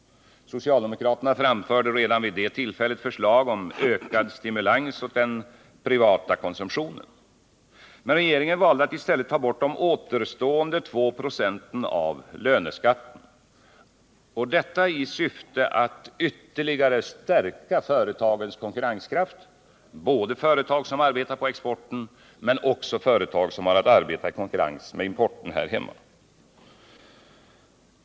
Socialdemokraterna framförde redan vid det tillfället förslag om ökad stimulans åt den privata konsumtionen. Men regeringen valde att i stället ta bort de återstående två procenten av löneskatten, detta i syfte att ytterligare stärka företagens konkurrenskraft, både när det gäller företag som arbetar på export och sådana som arbetar i konkurrens med importen här hemma.